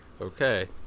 okay